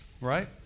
Right